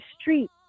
street